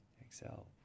exhale